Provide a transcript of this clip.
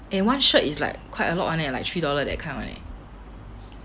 eh one shirt is like quite a lot [one] leh like three dollar that kind [one] eh